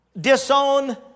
Disown